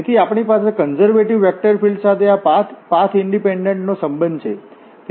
તેથી આપણી પાસે કન્ઝર્વેટિવ વેક્ટર ફીલ્ડ્ સાથે આ પાથ ઈંડિપેંડન્ટ નો સંબંધ છે